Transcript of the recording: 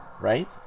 Right